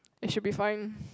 it should be fine